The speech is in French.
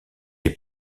est